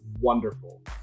Wonderful